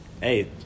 Hey